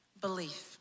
belief